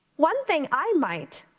one thing i might